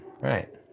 Right